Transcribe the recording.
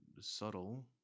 subtle